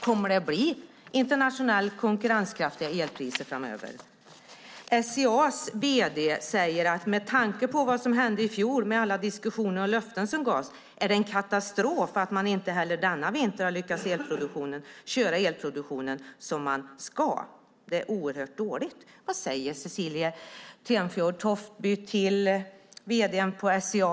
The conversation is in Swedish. Kommer det att bli internationellt konkurrenskraftiga elpriser framöver? SCA:s vd säger: Med tanke på vad som hände i fjol med alla diskussioner och löften som gavs är det en katastrof att man inte heller denna vinter har lyckats köra elproduktionen som man ska. Det är oerhört dåligt. Vad säger Cecilie Tenfjord-Toftby till vd:n på SCA?